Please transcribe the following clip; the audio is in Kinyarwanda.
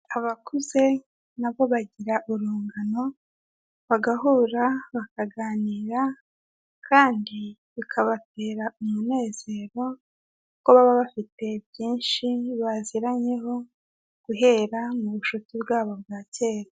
Abakuze nabo bagira urungano, bagahura, bakaganira, kandi bikabatera umunezero kuko baba bafite byinshi baziranyeho guhera mu bucuti bwabo bwa kera.